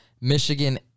Michigan